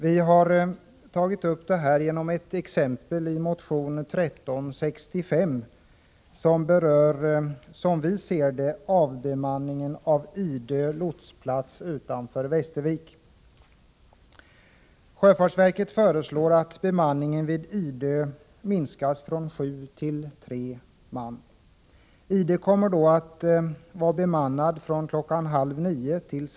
Vi har tagit upp det här genom ett exempel i motion 1365, som berör — som vi ser det — avbemanningen av Idö lotsplats utanför Västervik. Sjöfartsverket föreslår att bemanningen vid Idö lotsplats minskas från sju till tre man. Idö lotsplats kommer att vara bemannad från kl. 8.30 till kl.